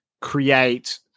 create